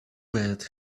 bad